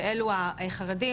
שאלו החרדים,